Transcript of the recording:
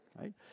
Right